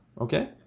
okay